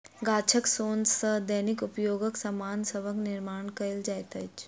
गाछक सोन सॅ दैनिक उपयोगक सामान सभक निर्माण कयल जाइत अछि